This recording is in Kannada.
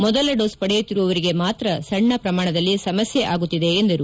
ಮೊದಲ ಡೋಸ್ ಪಡೆಯುತ್ತಿರುವರಿಗೆ ಮಾತ್ರ ಸಣ್ಣ ಪ್ರಮಾಣದಲ್ಲಿ ಸಮಸ್ಥೆ ಆಗುತ್ತಿದೆ ಎಂದರು